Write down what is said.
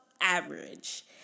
average